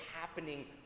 happening